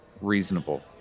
reasonable